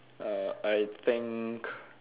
uh I think